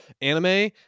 anime